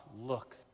look